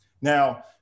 Now